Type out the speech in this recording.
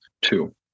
two